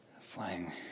flying